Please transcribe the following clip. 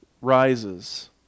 rises